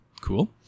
Cool